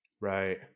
Right